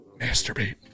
masturbate